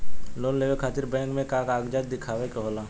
Loan लेवे खातिर bank मे का कागजात दिखावे के होला?